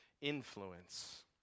influence